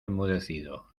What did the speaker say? enmudecido